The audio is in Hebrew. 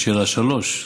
לשאלה מס' 3: